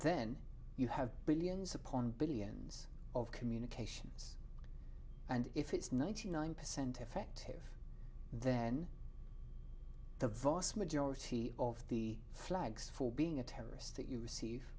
then you have billions upon billions of communications and if it's ninety nine percent effective then the vast majority of the flags for being a terrorist that you receive